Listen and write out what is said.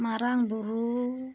ᱢᱟᱨᱟᱝ ᱵᱩᱨᱩ